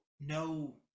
no